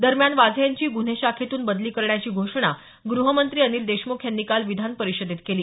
दरम्यान वाझे यांची गुन्हे शाखेतून बदली करण्याची घोषणा गृहमंत्री अनिल देशमुख यांनी काल विधान परिषदेत केली